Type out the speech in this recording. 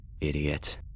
Idiot